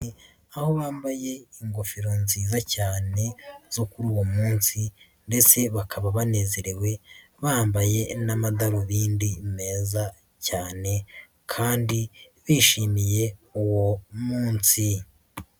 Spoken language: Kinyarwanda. Aho bambaye ingofero nziza cyane zo kuri uwo munsi ndetse bakaba banezerewe bambaye n'amadarubindi meza cyane kandi bishimiye uwo munsi.